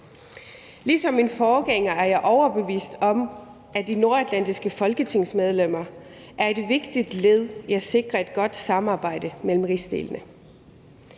Ligesom min forgænger er jeg overbevist om, at de nordatlantiske folketingsmedlemmer er et vigtigt led i at sikre et godt samarbejde mellem rigsdelene